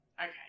Okay